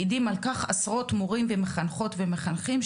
מעידים על כך עשרות מורים ומחנכות ומחנכים,